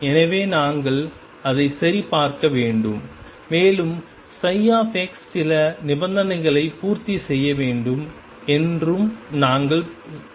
எனவே நாங்கள் அதை சரிபார்க்க வேண்டும் மேலும் ψ சில நிபந்தனைகளை பூர்த்தி செய்ய வேண்டும் என்றும் நாங்கள் கோருகிறோம்